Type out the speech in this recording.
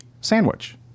sandwich